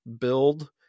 build